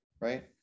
right